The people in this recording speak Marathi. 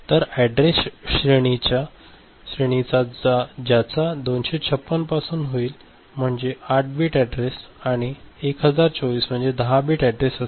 तर अॅड्रेस श्रेणीचा ज्याचा 256 पासून होईल म्हणजे 8 बिट अॅड्रेस आणि 1024 म्हणजे 10 बिट अॅड्रेस असेल